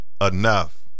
enough